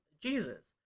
Jesus